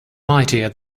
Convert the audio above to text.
mightier